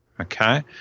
Okay